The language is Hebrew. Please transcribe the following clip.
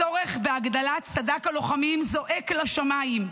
הצורך בהגדלת סד"כ הלוחמים זועק לשמיים,